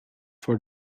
for